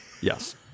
Yes